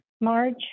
Marge